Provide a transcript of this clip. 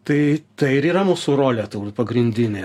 tai tai ir yra mūsų rolė pagrindinė